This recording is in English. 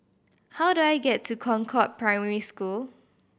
how do I get to Concord Primary School